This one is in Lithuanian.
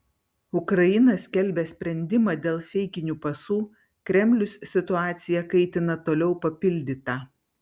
ukraina skelbia sprendimą dėl feikinių pasų kremlius situaciją kaitina toliau papildyta